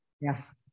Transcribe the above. yes